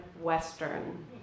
Western